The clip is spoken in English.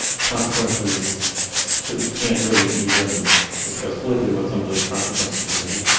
consequences that we can't really even discuss glibly what some of those consequences are gonna be.